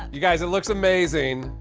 you guys it looks amazing,